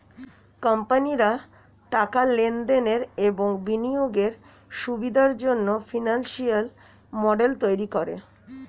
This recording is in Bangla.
কোম্পানিরা টাকার লেনদেনের এবং বিনিয়োগের সুবিধার জন্যে ফিনান্সিয়াল মডেল তৈরী করে